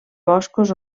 boscos